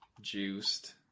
juiced